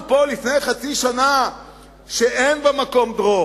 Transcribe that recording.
לפני חצי שנה אמרנו שאין "במקום דרוך".